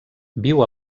viu